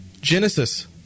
Genesis